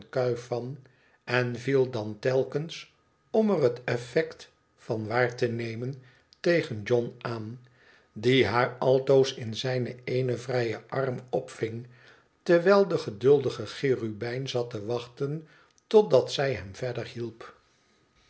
kuif van en viel dan telkens om er het effect van waar te nemen tegen john aan die haar altoos in zijn eenen vrijen arm opving terwijl de geduldige cherubijn zat te wachten totdat zij hem verder hielp